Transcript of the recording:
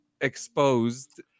exposed